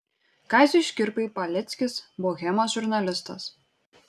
kaziui škirpai paleckis bohemos žurnalistas